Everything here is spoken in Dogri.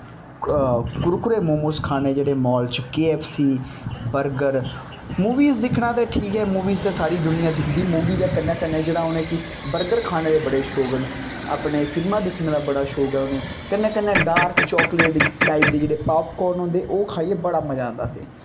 कुरकुरे मोमोस खाने जेह्ड़े मॉल च K F C burger movies दिक्खना ते ठीक ऐ मूवीस ते सारी दुनियां दिखदी मूवी दे कन्नै कन्नै जेह्ड़ा उ'नेंगी बर्गर खाने दे बड़े शौंक न अपने फिल्मां दिक्खने दा बड़ा शौंक ऐ उ'नेंगी कन्नै कन्नै डार्क चॉकलेट टाईप दे जेह्ड़े पॉपकोन होंदे ओह् खाइयै बड़ा मज़ा आंदा असेंगी